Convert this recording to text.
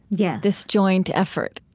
yeah this joint, effort.